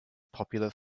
popular